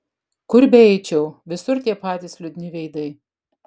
kur beeičiau visur tie patys liūdni veidai